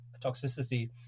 toxicity